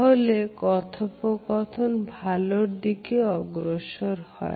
তাহলে কথোপকথন ভালোর দিকে অগ্রসর হয়